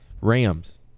Rams